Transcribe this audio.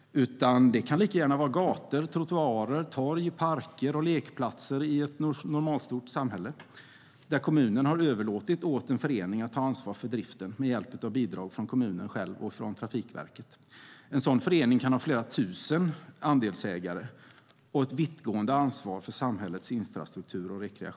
Det kan lika gärna vara gator, trottoarer, torg, parker och lekplatser i ett normalstort samhälle där kommunen har överlåtit åt en förening att ta ansvar för driften med bidrag från kommunen själv och från Trafikverket. En sådan förening kan ha flera tusen andelsägare och ett vittgående ansvar för samhällets infrastruktur och rekreation.